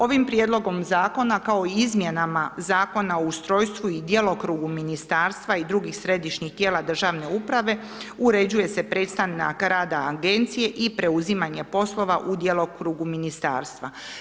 Ovim prijedlogom Zakona kao i o izmjenama Zakona o ustrojstvu i djelokrugu Ministarstva i drugih Središnjih tijela državne uprave uređuje se prestanak rada Agencije i preuzimanje poslova u djelokrugu Ministarstva.